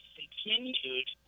continued